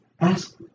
ask